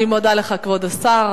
אני מודה לך, כבוד השר.